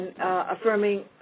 affirming